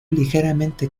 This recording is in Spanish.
ligeramente